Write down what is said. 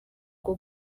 bwo